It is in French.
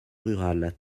rurale